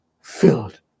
filled